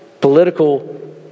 Political